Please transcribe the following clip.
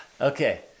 okay